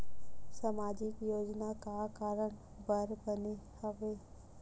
सामाजिक योजना का कारण बर बने हवे?